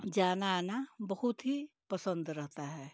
जाना आना बहुत ही पसंद रहता है